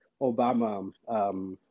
Obama